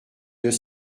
deux